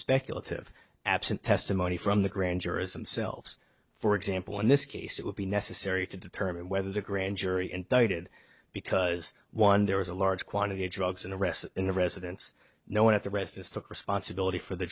speculative absent testimony from the grand jurors themselves for example in this case it would be necessary to determine whether the grand jury indicted because one there was a large quantity of drugs and arrests in the residence no one at the residence took responsibility for the